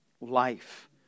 life